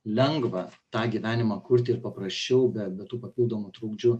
lengva tą gyvenimą kurti ir paprasčiau be be tų papildomų trukdžių